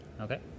Okay